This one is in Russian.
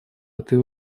этой